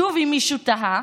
שוב, אם מישהו תהה,